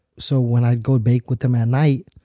so when i'd go bake with them at night,